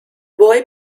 boy